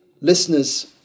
listeners